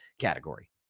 category